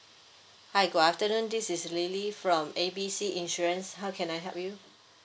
hi good afternoon this is lily from A B C insurance how can I help you